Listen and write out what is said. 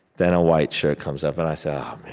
then a white shirt comes up, and i say, um